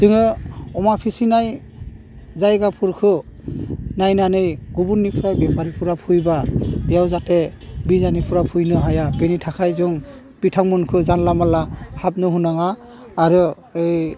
जोङो अमा फिसिनाय जायगाफोरखौ नायनानै गुबुननिफ्राय बेफारिफोरा फैबा बेयाव जाहाथे बिजानुफ्रा फैनो हाया बेनि थाखाय जों बिथांमोनखौ जानला मोनला हाबनो होनाङा आरो ओइ